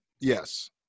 Yes